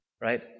right